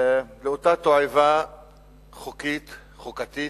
לאותה תועבה חוקית, חוקתית,